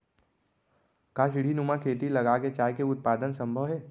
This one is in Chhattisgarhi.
का सीढ़ीनुमा खेती लगा के चाय के उत्पादन सम्भव हे?